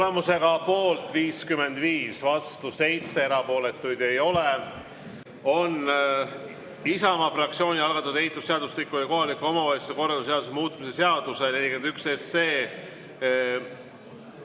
Tulemusega poolt 55, vastu 7, erapooletuid ei ole, on Isamaa fraktsiooni algatatud ehitusseadustiku ja kohaliku omavalitsuse korralduse seaduse muutmise seaduse eelnõu